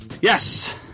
Yes